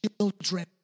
children